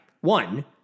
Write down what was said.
One